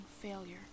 failure